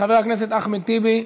חבר הכנסת אחמד טיבי,